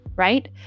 right